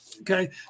okay